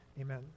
Amen